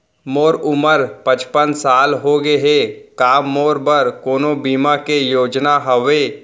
मोर उमर पचपन साल होगे हे, का मोरो बर कोनो बीमा के योजना हावे?